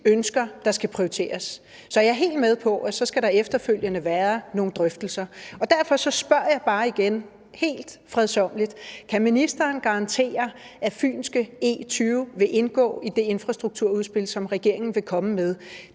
ønsker der skal prioriteres, så jeg er helt med på, at der så efterfølgende skal være nogle drøftelser, og derfor spørger jeg bare igen helt fredsommeligt: Kan ministeren garantere, at fynske E20 vil indgå i det infrastrukturudspil, som regeringen vil komme med,